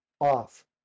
off